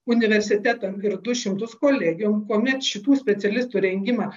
universitetam ir du šimtus kolegijom kuomet šitų specialistų rengimą